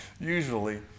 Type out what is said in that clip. usually